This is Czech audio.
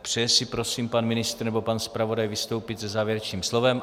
Přeje si prosím pan ministr nebo pan zpravodaj vystoupit se závěrečným slovem?